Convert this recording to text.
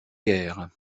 guère